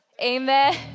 amen